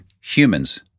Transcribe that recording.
humans